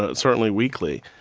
ah certainly weekly.